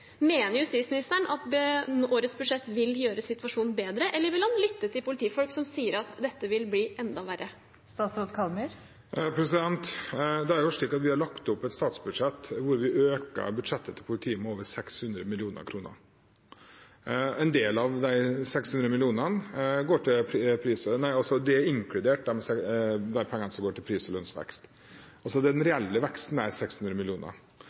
Mener justisministeren at årets budsjett vil gjøre situasjonen bedre, eller vil han lytte til politifolk som sier at det vil bli enda verre? Vi har lagt opp et statsbudsjett hvor vi øker budsjettet til politiet med over 600 mill. kr – det er inkludert de pengene som går til pris- og lønnsvekst. Den reelle veksten er på 600 mill. kr. En del skal gå til IKT-sikring, IKT-fornyelse, som gjør at driften blir mer effektiv og sikrere, men det er